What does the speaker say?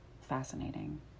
fascinating